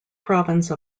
province